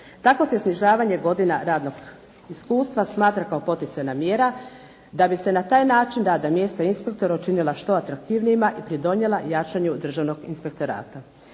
Tako se snižavanje godina radnog iskustva smatra kao poticajna mjera da bi se na taj način radna mjesta inspektora učinila što atraktivnija i pridonijela jačanju državnog inspektorata.